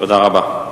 תודה רבה.